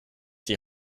die